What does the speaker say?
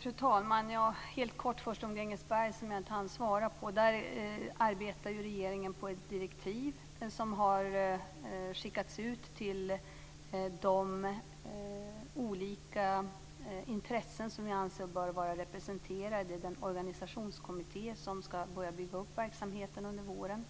Fru talman! Jag vill först helt kort beröra frågan om Grängesberg, som jag inte hann svara på. Där arbetar ju regeringen på ett direktiv som har skickats ut till de olika intressen som vi anser bör vara representerade i den organisationskommitté som ska börja bygga upp verksamheten under våren.